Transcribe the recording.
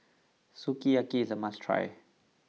Sukiyaki is a must try